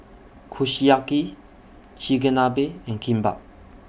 Kushiyaki Chigenabe and Kimbap